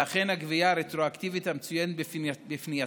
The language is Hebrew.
ואכן "הגבייה הרטרואקטיבית" המצוינת בפנייתך